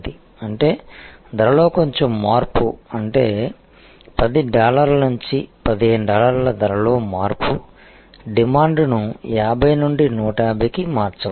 అంటే ధరలో కొంచెం మార్పు అంటే 10 డాలర్ల నుంచి 15 డాలర్ల ధరలో మార్పు డిమాండ్ను 50 నుండి 150 కి మార్చవచ్చు